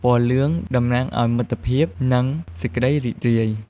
ពណ៌លឿង តំណាងឲ្យ មិត្តភាព និង សេចក្តីរីករាយ។